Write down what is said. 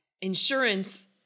insurance